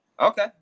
Okay